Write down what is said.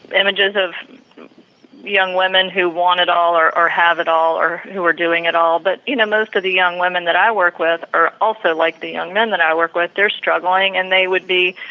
images of young women who want it all or or have it all or who are doing it all. but, you know, most of the young women that i work with are also like the young men that i work with, they are struggling and they would be,